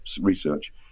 research